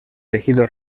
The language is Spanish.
elegido